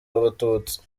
abatutsi